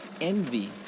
Envy